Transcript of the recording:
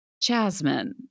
jasmine